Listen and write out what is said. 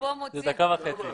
דובר: זה דקה וחצי.